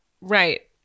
Right